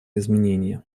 изменения